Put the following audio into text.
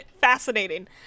fascinating